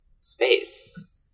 space